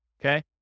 Okay